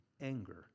anger